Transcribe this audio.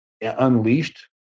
unleashed